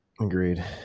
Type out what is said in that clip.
Agreed